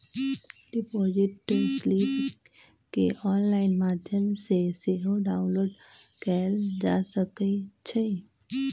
deposit slip केंऑनलाइन माध्यम से सेहो डाउनलोड कएल जा सकइ छइ